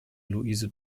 luise